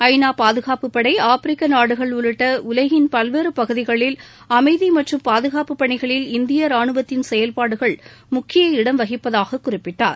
ஐநா பாதுகாப்பு படை ஆப்பிரிக்க நாடுகள் உள்ளிட்ட உலகின் பல்வேறு பகுதிகளில் அமைதி மற்றும் பாதுகாப்பு பணிகளில் இந்திய ராணுவத்தின் செயல்பாடுகள் முக்கிய இடம் வகிப்பதாக குறிப்பிட்டார்